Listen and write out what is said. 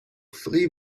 three